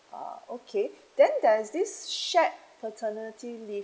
uh okay then there is this shared paternity leave